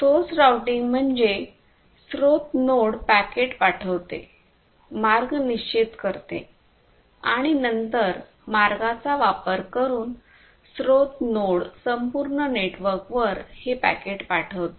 source routing म्हणजे स्त्रोत node packet पाठवते मार्ग निश्चित करते आणि नंतर मार्गाचा वापर करून स्त्रोत नोड संपूर्ण नेटवर्कवर हे पॅकेट पाठवते